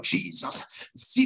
Jesus